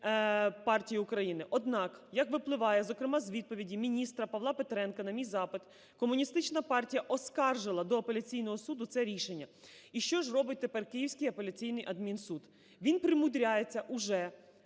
партії України. Однак, як випливає, зокрема, з відповіді міністра Павла Петренка на мій запит, Комуністична партія оскаржила до апеляційного суду це рішення. І що ж робить тепер Київський апеляційний адмінсуд? Він примудряється уже